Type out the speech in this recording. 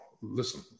listen